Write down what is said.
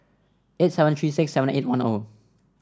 eight seven three six seven eight one O